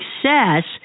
success